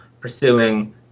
pursuing